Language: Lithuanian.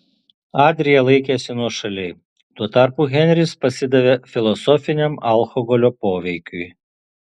adrija laikėsi nuošaliai tuo tarpu henris pasidavė filosofiniam alkoholio poveikiui